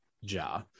Ja